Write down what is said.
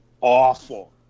awful